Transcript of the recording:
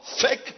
fake